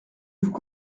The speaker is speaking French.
vous